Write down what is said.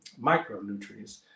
micronutrients